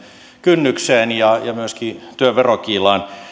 kynnykseen ja ja myöskin työn verokiilaan